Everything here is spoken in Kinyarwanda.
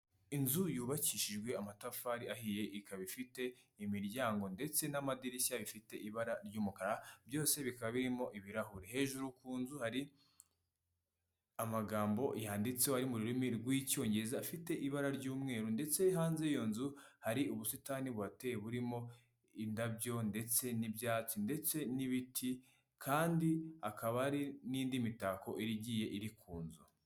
Inzu yubakishijwe amatafari ahiye, ikaba ifite imiryango ndetse n'amadirishya bifite ibara ry'umukara, byose bikaba birimo ibirahuri, hejuru ku nzu hari amagambo yanditseho ari mu rurimi rw'Icyongereza, afite ibara ry'umweru, ndetse hanze y'iyo nzu hari ubusitani buhateye burimo indabyo, ndetse n'ibyatsi, ndetse n'ibiti, kandi hakaba hari n'indi mitako igiye iri ku nzu.